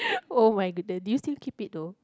oh-my-goodness do you still keep it though